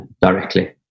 directly